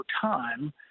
time